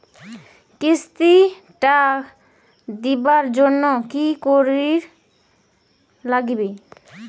কিস্তি টা দিবার জন্যে কি করির লাগিবে?